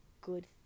good